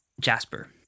Jasper